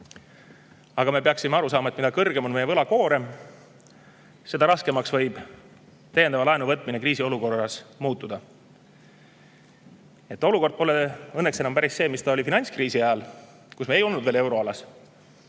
aga me peame aru saama, et mida kõrgem on meie võlakoormus, seda raskemaks võib täiendava laenu võtmine kriisiolukorras muutuda. Olukord pole õnneks enam päris see, mis oli finantskriisi ajal, kui me ei olnud veel euroalas.